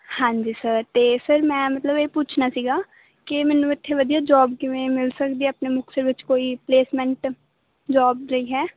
ਹਾਂਜੀ ਸਰ ਅਤੇ ਸਰ ਮੈਂ ਮਤਲਬ ਇਹ ਪੁੱਛਣਾ ਸੀਗਾ ਕਿ ਮੈਨੂੰ ਇੱਥੇ ਵਧੀਆ ਜੋਬ ਕਿਵੇਂ ਮਿਲ ਸਕਦੀ ਆਪਣੇ ਮੁਕਤਸਰ ਵਿੱਚ ਕੋਈ ਪਲੇਸਮੈਂਟ ਜੋਬ ਲਈ ਹੈ